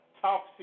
talks